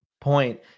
point